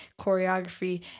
choreography